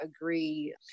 agree